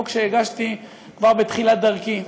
חוק שהגשתי כבר בתחילת דרכי.